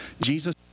Jesus